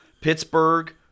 Pittsburgh